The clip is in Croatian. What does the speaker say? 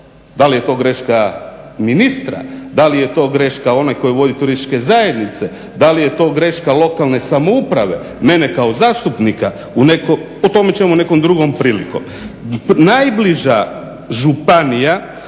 Da li je to greška ministra? Da li je to greška onog koji vodi turističke zajednice? Da li je to greška lokalne samouprave? Mene kao zastupnika? O tome ćemo nekom drugom prilikom. Najbliža županija